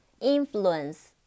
Influence